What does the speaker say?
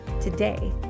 Today